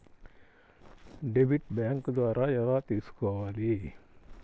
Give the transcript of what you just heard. Debit bank ద్వారా ఎలా తీసుకోవాలి?